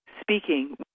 speaking